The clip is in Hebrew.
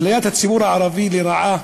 אפליית הציבור הערבי לרעה